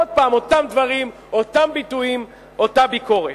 עוד הפעם אותם דברים, אותם ביטויים, אותה ביקורת.